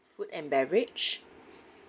food and beverage